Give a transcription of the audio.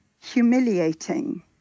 humiliating